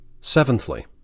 Seventhly